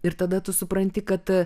ir tada tu supranti kad